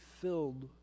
filled